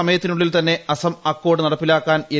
സമയത്തിനുള്ളിൽ തന്നെ അസം അക്കോർഡ് നടപ്പിലാക്കാൻ എൻ